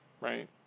right